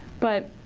but